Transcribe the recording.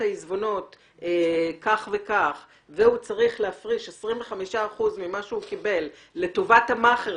העיזבונות כך וכך והוא צריך להפריש 25% ממה שהוא קיבל לטובת האכער